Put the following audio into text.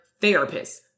therapists